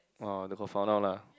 oh they got found out lah